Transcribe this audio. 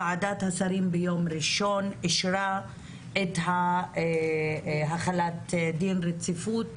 ועדת השרים ביום ראשון אישרה את החלת דין רציפות